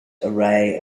array